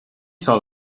saw